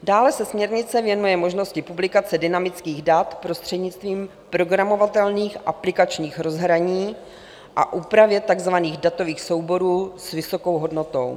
Dále se směrnice věnuje možnosti publikace dynamických prostřednictvím programovatelných aplikačních rozhraní a úpravě takzvaných datových souborů s vysokou hodnotou.